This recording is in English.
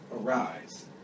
arise